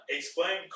Explain